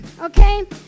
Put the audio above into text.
okay